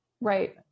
Right